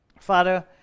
Father